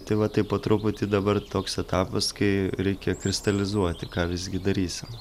tai va tai po truputį dabar toks etapas kai reikia kristalizuoti ką visgi darysim